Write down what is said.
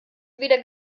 weder